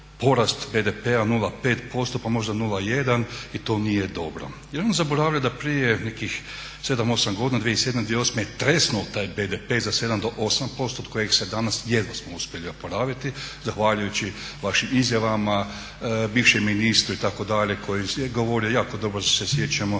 porast BDP-a 0,5% pa možda 0,1 i to nije dobro. Nemojmo zaboraviti da prije nekih 7, 8 godina, 2007., 2008. je tresnuo taj BDP za 7 do 8% od kojeg se danas jedva smo uspjeli oporaviti zahvaljujući izjavama bivšeg ministra itd. koji je govorio jako dobro se sjećamo